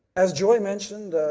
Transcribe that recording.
as joy mentioned,